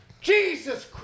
Jesus